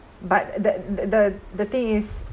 but th~ the the the thing is